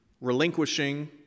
relinquishing